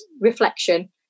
reflection